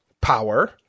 Power